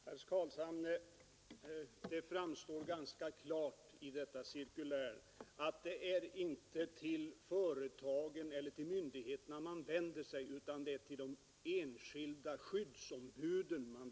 Herr talman! Det framstår ganska klart i detta cirkulär, herr Carlshamre, att det inte är till företagen eller till myndigheterna man vänder sig, utan till de enskilda skyddsombuden.